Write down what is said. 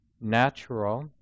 natural